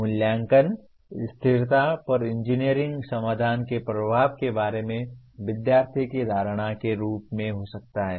मूल्यांकन स्थिरता पर इंजीनियरिंग समाधान के प्रभाव के बारे में विद्यार्थी की धारणा के रूप में हो सकता है